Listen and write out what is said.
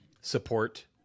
support